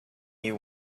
you